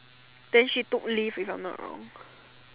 then she took leave if I'm not wrong